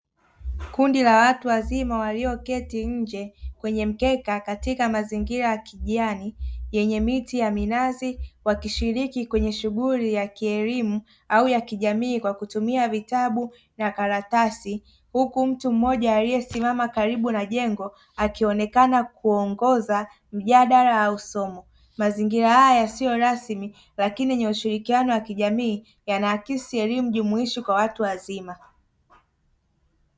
Kundi la watu wazima walioketi nje kwenye mkeka katika mazingira ya kijani yenye miti ya minazi, wakishiriki kwenye shughuli ya kielimu au kijamii kwa kutumia vitabu na karatasi, huku mtu mmoja aliyesimama karibu na jengo akionekana kuongoza mjadala au somo, mazingira haya sio rasmi lakini ni ushirikiano wa kijamii yanaakisi elimu jumuishi kwa watu wazima.